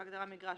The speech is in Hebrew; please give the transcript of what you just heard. (א)בהגדרה "מגרש",